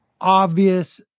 obvious